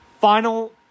Final